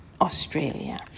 Australia